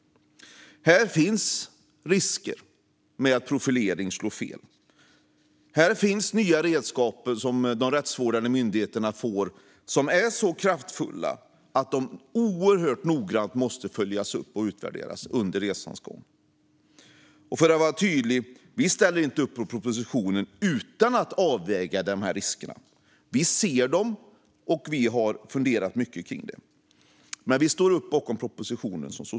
Här finns risker med att profilering kan slå fel. De rättsvårdande myndigheterna får nya redskap som är så kraftfulla att de måste följas upp och utvärderas oerhört noggrant under resans gång. Jag ska vara tydlig: Vi socialdemokrater ställer oss inte bakom propositionen utan att avväga dessa risker. Vi ser dem, och vi har funderat mycket på det. Men vi står bakom propositionen.